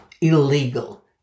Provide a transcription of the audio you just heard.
illegal